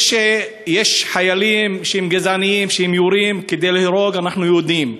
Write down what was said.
זה שיש חיילים שהם גזענים ויורים כדי להרוג אנחנו יודעים,